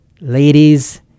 Ladies